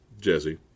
Jesse